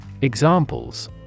Examples